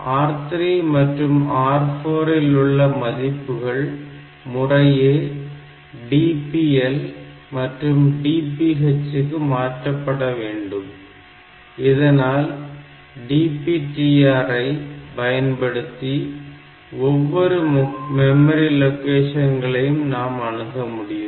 R3 மற்றும் R4 இல் உள்ள மதிப்புகள் முறையை DPL மற்றும் DPH க்கு மாற்றப்பட வேண்டும் இதனால் DPTR ஐ பயன்படுத்தி ஒவ்வொரு மெமரி லொகேஷன்களையும் நாம் அணுக முடியும்